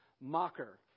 mocker